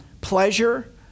pleasure